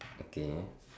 okay